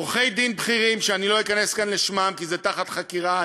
עורכי-דין בכירים ולא אכנס כאן לשמותיהם כי זה תחת חקירה,